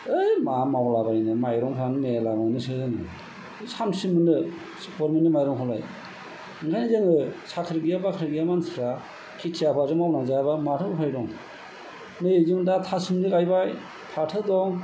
ओइ मा मावलाबायनो माइरंफोरानो मेला मोनोसो होनो सानेबेसे मोननो गभर्नमेन्ट नि माइरंखौलाय ओंखायनो जोङो साख्रि गैया बाख्रि गैया मानसिफ्रा खेति आबादखौ मावनानै जायाबा माथो उफाय दं नै दा जों थासिमलि गायबाय फाथो दं